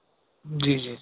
جی جی